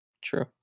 True